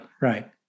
right